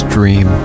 Dream